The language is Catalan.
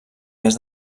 més